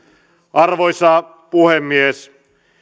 arvoisa puhemies